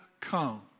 come